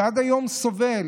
שעד היום סובל.